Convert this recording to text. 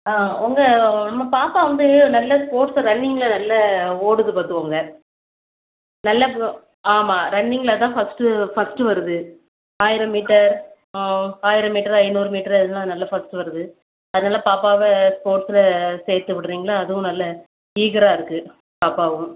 ஆ உங்கள் நம்ம பாப்பா வந்து நல்ல ஸ்போர்ட்ஸு ரன்னிங்ல நல்லா ஓடுது பார்த்துக்கோங்க நல்லா போ ஆமாம் ரன்னிங்ல தான் ஃபஸ்ட்டு ஃபஸ்ட்டு வருது ஆயிரம் மீட்டர் ஆயிரம் மீட்ரு ஐந்நூறு மீட்ரு எல்லாம் நல்லா ஃபஸ்ட்டு வருது அதனால் பாப்பாவை ஸ்போர்ட்ஸில் சேர்த்து விட்றீங்களா அதுவும் நல்ல ஈகராக இருக்குது பாப்பாவும்